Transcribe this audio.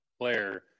player